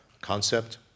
concept